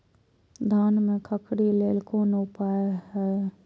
धान में खखरी लेल कोन उपाय हय?